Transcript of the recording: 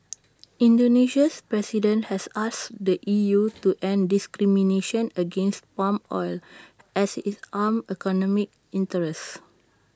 Indonesia's president has asked the E U to end discrimination against palm oil as IT harms economic interests